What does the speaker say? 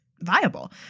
viable